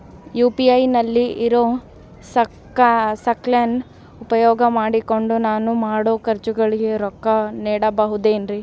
UPI ನಲ್ಲಿ ಇರೋ scan ಉಪಯೋಗ ಮಾಡಿಕೊಂಡು ನಾನು ಮಾಡೋ ಖರ್ಚುಗಳಿಗೆ ರೊಕ್ಕ ನೇಡಬಹುದೇನ್ರಿ?